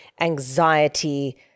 anxiety